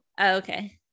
Okay